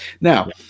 Now